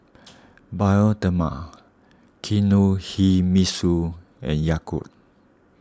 Bioderma Kinohimitsu and Yakult